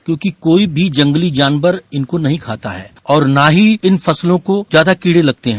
क्योंकि कोई भी जंगली जानवन इनको नहीं खाता है और न ही इन फसलों को ज्यादा कीड़े लगते है